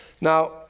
Now